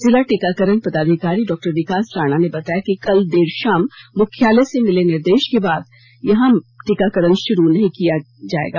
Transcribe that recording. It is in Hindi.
जिला टीकाकरण पदाधिकारी डॉ विकास राणा ने बताया कि कल देर शाम मुख्यालय से मिले निर्देश के बाद एसएनएमएमसीएच में टीकाकरण शुरू नहीं किया जाएगा